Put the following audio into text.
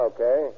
Okay